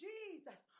Jesus